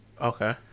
Okay